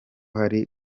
hari